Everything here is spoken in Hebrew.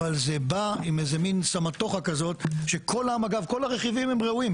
אבל זה בא עם איזה מין סמטוכה כזאת שאגב כל הרכיבים הם ראויים,